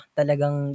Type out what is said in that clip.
talagang